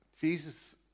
Jesus